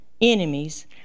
enemies